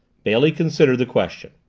bailey considered the question.